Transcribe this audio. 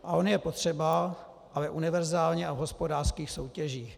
A on je potřeba, ale univerzálně a v hospodářských soutěžích.